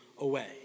away